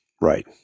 Right